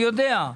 אני יודע.